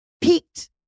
Peaked